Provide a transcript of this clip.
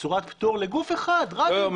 בצורת פטור לגוף אחד- -- היא